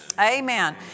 Amen